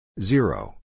Zero